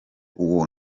uwo